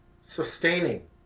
sustaining